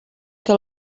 que